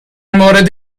مورد